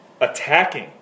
attacking